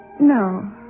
No